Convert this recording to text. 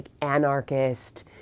anarchist